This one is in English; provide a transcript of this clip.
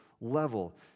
level